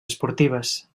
esportives